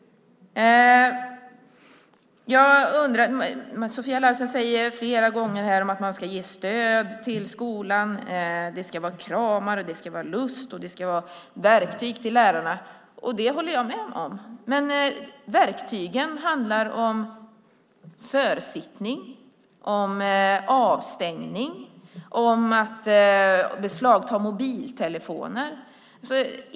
Sofia Larsen säger flera gånger att man ska ge stöd till skolan. Det ska vara kramar, lust och verktyg till lärarna. Detta håller jag med om. Men verktygen är försittning, avstängning och beslagtagande av mobiltelefoner.